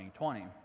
2020